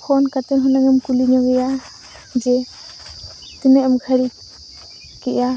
phone ᱠᱟᱛᱮ ᱦᱩᱱᱟᱹᱝ ᱮᱢ ᱠᱩᱞᱤ ᱧᱚᱜᱮᱭᱟ ᱡᱮ ᱛᱤᱱᱟᱹᱜᱼᱮᱢ ᱜᱷᱟᱹᱲᱤᱠ ᱠᱮᱜᱼᱟ